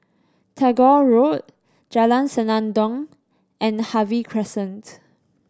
Tagore Road Jalan Senandong and Harvey Crescent